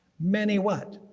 many what.